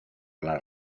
las